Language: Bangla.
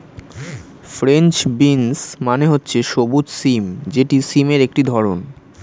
ফ্রেঞ্চ বিনস মানে হচ্ছে সবুজ সিম যেটি সিমের একটি ধরণ